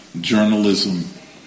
journalism